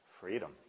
Freedom